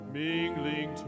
mingling